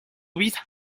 vida